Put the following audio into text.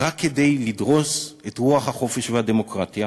רק כדי לדרוס את רוח החופש והדמוקרטיה.